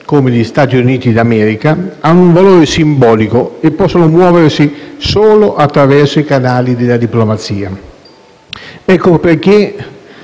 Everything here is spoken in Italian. come gli Stati Uniti d'America, hanno un valore simbolico e possono muoversi solo attraverso i canali della diplomazia. Ecco, però,